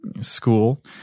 school